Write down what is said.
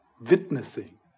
witnessing